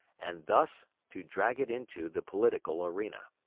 and thus, to drag it into the political arena.